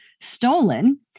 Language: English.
stolen